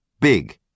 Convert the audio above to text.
big